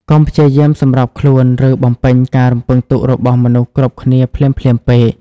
កុំព្យាយាមសម្របខ្លួន ឬបំពេញការរំពឹងទុករបស់មនុស្សគ្រប់គ្នាភ្លាមៗពេក។